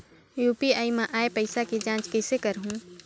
UPI मा आय पइसा के जांच कइसे करहूं?